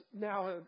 now